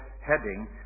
heading